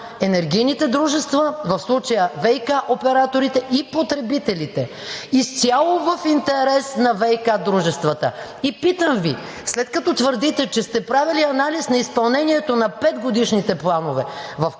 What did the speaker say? енергийните дружества – в случая ВиК операторите, и потребителите, изцяло в интерес на ВиК дружествата. И питам Ви: след като твърдите, че сте правили анализ на изпълнението на 5-годишните планове, в